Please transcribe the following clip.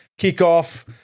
kickoff